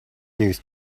news